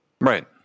Right